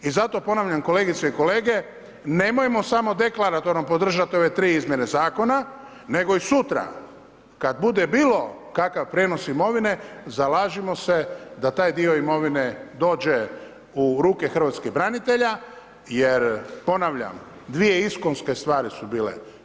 I zato ponavljam, kolegice i kolege, nemojmo samo deklaratorno podržati ove tri izmjene zakona nego i sutra kad bude bilo kakav prijenos imovine, zalažimo se da taj dio imovine dođe u ruke hrvatskih branitelja jer ponavljam, dvije iskonske stvari su bile.